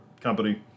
company